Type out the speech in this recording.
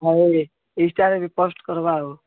ଆହୁରି ଇନଷ୍ଟାରେ ବି ପୋଷ୍ଟ୍ କରିବା ଆଉ